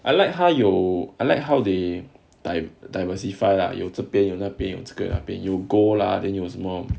I like how you I like how they time diversify lah 有这边有那边用这个 update you go lah then you once more